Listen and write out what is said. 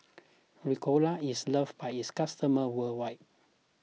Ricola is loved by its customers worldwide